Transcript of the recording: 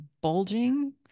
bulging